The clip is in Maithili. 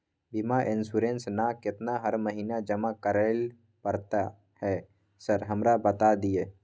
बीमा इन्सुरेंस ना केतना हर महीना जमा करैले पड़ता है सर हमरा बता दिय?